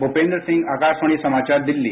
भूपेंद्र सिंह आकाशवाणी समाचार दिल्ली